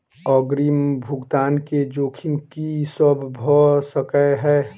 अग्रिम भुगतान केँ जोखिम की सब भऽ सकै हय?